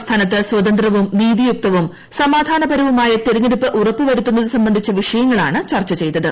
സംസ്ഥാനത്ത് സ്വതന്ത്രവും നീതിയുക്തവും സമാധാനപരവുമായ തെരഞ്ഞെടുപ്പ് ഉറപ്പുവരുത്തുന്നതു സംബന്ധിച്ച വിഷയങ്ങളാണ് ചർച്ച ചെയ്തത്